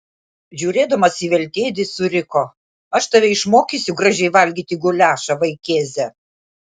žiūrėdamas į veltėdį suriko aš tave išmokysiu gražiai valgyti guliašą vaikėze